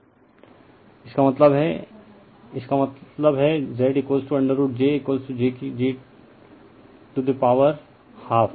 refer slide time 3545 इसका मतलब इसका मतलब है z√ j j to power half